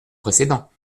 précédent